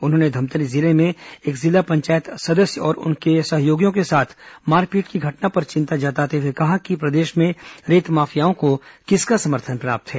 उन्होंने धमतरी जिले में एक जिला पंचायत सदस्य और उनके सहयोगियों के साथ मारपीट की घटना पर चिंता व्यक्त करते हुए कहा कि प्रदेश में रेत माफियाओं को किसका समर्थन प्राप्त है